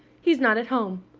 he's not at home.